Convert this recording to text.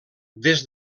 des